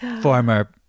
former